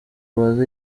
baza